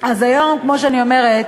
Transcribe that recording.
אז ה-OECD,